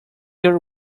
your